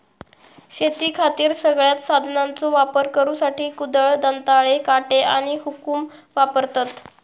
शेतीखातीर सगळ्यांत साधनांचो वापर करुसाठी कुदळ, दंताळे, काटे आणि हुकुम वापरतत